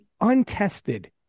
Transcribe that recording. untested